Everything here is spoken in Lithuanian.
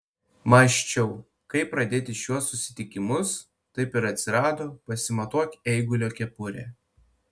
mąsčiau kaip pradėti šiuos susitikimus taip ir atsirado pasimatuok eigulio kepurę